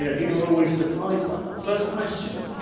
you know people are always surprised by that. the first question,